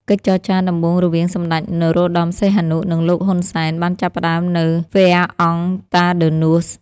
កិច្ចចរចាដំបូងរវាងសម្តេច នរោត្តម សីហនុ និងលោក ហ៊ុន សែន បានចាប់ផ្តើមនៅ ហ្វែរ អង់ តាដឺនួស Fère-en-Tardenois។